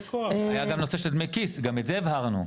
היה גם נושא של דמי כיס, גם את זה הבהרנו.